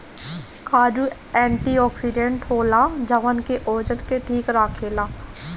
काजू एंटीओक्सिडेंट होला जवन की ओजन के ठीक राखेला